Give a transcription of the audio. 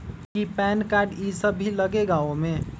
कि PAN card इ सब भी लगेगा वो में?